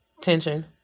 Tension